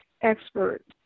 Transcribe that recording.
expert